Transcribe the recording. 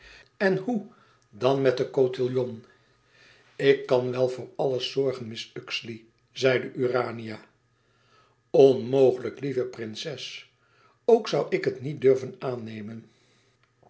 en hoe dan met den cotillon k kan wel voor alles zorgen mrs uxeley zeide urania onmogelijk lieve prinses ook zoû ik het niet dùrven aannemen